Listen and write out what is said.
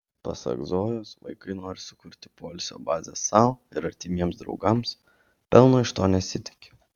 pasak zojos vaikai nori sukurti poilsio bazę sau ir artimiems draugams pelno iš to nesitiki